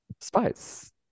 spice